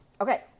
Okay